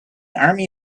army